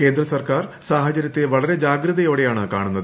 കേന്ദ്രസർക്കാർ സാഹചര്യത്തെ വളരെ ജാഗ്രതയോടെയാണ് കാണുന്നത്